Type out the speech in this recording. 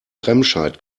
remscheid